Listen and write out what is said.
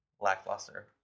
lackluster